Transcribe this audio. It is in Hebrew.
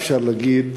אפשר להגיד,